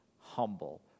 humble